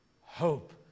hope